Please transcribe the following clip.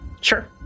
Sure